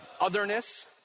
otherness